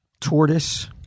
tortoise